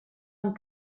amb